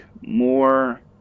more